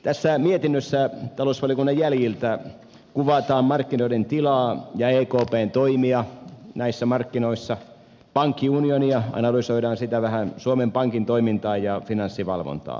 tässä mietinnössä talousvaliokunnan jäljiltä kuvataan markkinoiden tilaa ja ekpn toimia näissä markkinoissa pankkiunionia analysoidaan vähän sekä suomen pankin toimintaa ja finanssivalvontaa